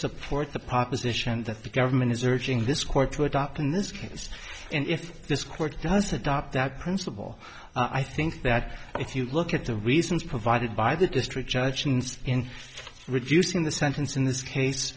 support the proposition that the government is urging this court to adopt in this case and if this court has adopt that principle i think that if you look at the reasons provided by the district judge and in reducing the sentence in this case